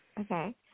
Okay